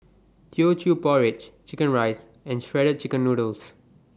Teochew Porridge Chicken Rice and Shredded Chicken Noodles